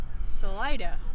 salida